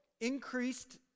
increased